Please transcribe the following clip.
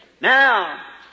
Now